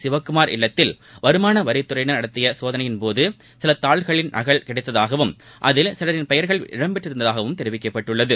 சிவக்குமார் இல்லத்தில் வருமானவரித்துறையினர் சோதனை நடத்திய போது சில தாள்களின் நகல் கிடைத்ததாகவும் அதில் சிலரின் பெயர்கள் இடம் பெற்றிருந்ததாகவும் தெரிவிக்கப்பட்டுள்ளது